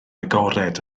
agored